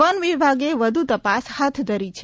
one વિભાગે વધુ તપાસ હાથ ધરી છે